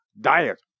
diet